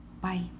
bye